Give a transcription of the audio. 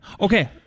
Okay